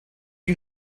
you